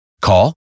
Call